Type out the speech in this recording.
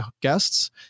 guests